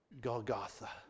Golgotha